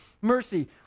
mercy